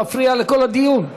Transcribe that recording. מפריע לכל הדיון.